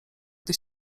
gdy